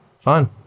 Fine